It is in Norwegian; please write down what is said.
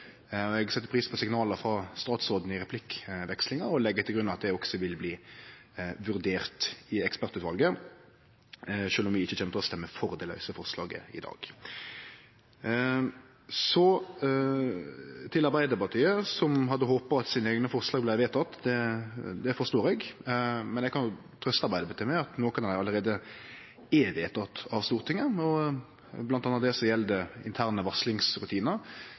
for. Eg set pris på signala frå statsråden i replikkvekslinga og legg til grunn at det også vil bli vurdert i ekspertutvalet, sjølv om vi ikkje kjem til å stemme for det lause forslaget i dag. Så til Arbeidarpartiet, som hadde håpa at deira eigne forslag vart vedtekne. Det forstår eg. Men eg kan trøyste Arbeidarpartiet med at nokre av dei allereie er vedtekne av Stortinget, bl.a. det som gjeld interne varslingsrutinar.